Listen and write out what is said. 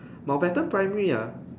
Mountbatten Primary ah